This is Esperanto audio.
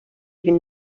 vin